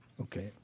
Okay